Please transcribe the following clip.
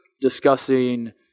discussing